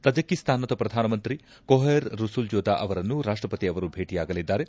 ತಜಕಿಸ್ತಾನದ ಪ್ರಧಾನಮಂತ್ರಿ Qohir Rasulzoda ಅವರನ್ನು ರಾಷ್ಷಪತಿ ಅವರು ಭೇಟಿಯಾಗಲಿದ್ದಾರೆ